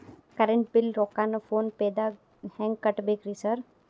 Current bill ರೊಕ್ಕಾನ phone ಪೇದಾಗ ಹೆಂಗ್ ಕಟ್ಟಬೇಕ್ರಿ ಸರ್?